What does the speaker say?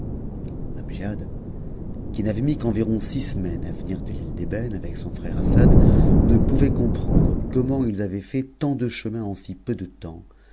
qui n'avait mis qu'environ six semaines à venir de l'ile tt'ebëne avec son frère assad ne pouvait comprendre comment ils avaient fait tant de chemin en si peu de temps